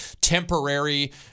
temporary